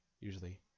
usually